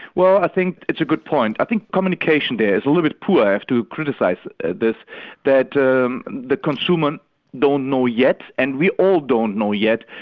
well, i think it's a good point. i think communication there is a little bit poor i have to criticise this that the consumers don't know yet, and we all don't know yet,